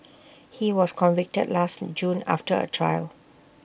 he was convicted last June after A trial